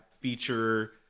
feature